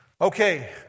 Okay